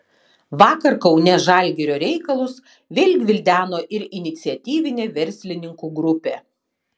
vakar kaune žalgirio reikalus vėl gvildeno ir iniciatyvinė verslininkų grupė